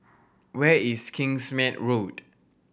where is Kingsmead Road